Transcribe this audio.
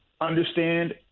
understand